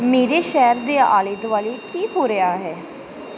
ਮੇਰੇ ਸ਼ਹਿਰ ਦੇ ਆਲੇ ਦੁਆਲੇ ਕੀ ਹੋ ਰਿਹਾ ਹੈ